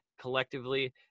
collectively